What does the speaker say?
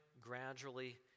gradually